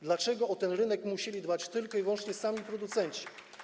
Dlaczego o ten rynek musieli dbać tylko i wyłącznie sami producenci?